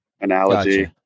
analogy